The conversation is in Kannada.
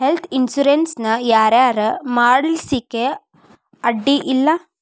ಹೆಲ್ತ್ ಇನ್ಸುರೆನ್ಸ್ ನ ಯಾರ್ ಯಾರ್ ಮಾಡ್ಸ್ಲಿಕ್ಕೆ ಅಡ್ಡಿ ಇಲ್ಲಾ?